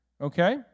Okay